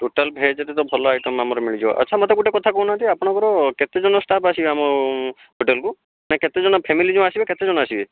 total ଭେଜ୍ରେ ତ ଭଲ ଆଇଟମ୍ ଆମର ମିଳିଯିବ ଆଚ୍ଛା ମୋତେ ଗୋଟିଏ କଥା କହୁନାହାନ୍ତି ଆପଣଙ୍କର କେତେଜଣ ଷ୍ଟାଫ୍ ଆସିବେ ଆମ ହୋଟେଲକୁ ନା କେତେଜଣ ଫ୍ୟାମିଲି ଯେଉଁ ଆସିବେ କେତେଜଣ ଆସିବେ